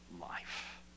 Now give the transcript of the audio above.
life